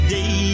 Day